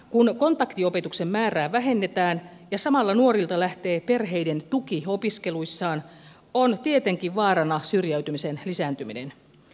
kun kontaktiopetuksen määrää vähennetään ja samalla nuorilta lähtee perheiden tuki opiskeluissaan on tietenkin vaarana syrjäytymisen lisääntyminen